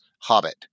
hobbit